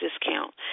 discount